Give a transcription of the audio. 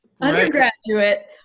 undergraduate